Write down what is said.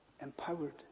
empowered